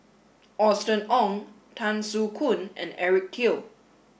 Austen Ong Tan Soo Khoon and Eric Teo